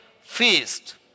feast